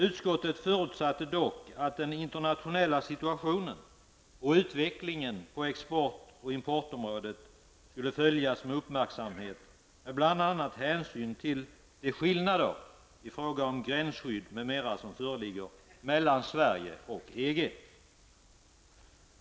Utskottet förutsatte dock att den internationella situationen och utvecklingen på export och importområdena skulle följas med uppmärksamhet, bl.a. med hänsyn till de skillnader i fråga om gränsskydd m.m. som föreligger mellan Sverige och EG.